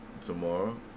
tomorrow